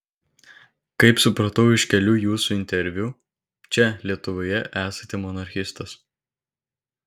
kaip supratau iš kelių jūsų interviu čia lietuvoje esate monarchistas